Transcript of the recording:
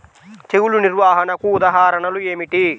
తెగులు నిర్వహణకు ఉదాహరణలు ఏమిటి?